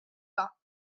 pas